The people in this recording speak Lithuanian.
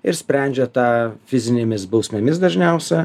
ir sprendžia tą fizinėmis bausmėmis dažniausia